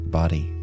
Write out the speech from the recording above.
body